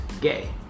gay